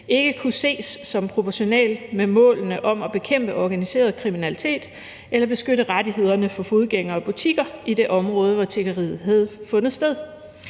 ikke kunne ses som proportional med målene om at bekæmpe organiseret kriminalitet eller beskytte rettighederne for fodgængere og butikker i det område, hvor tiggeriet havde fundet sted.